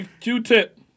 Q-Tip